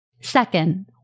Second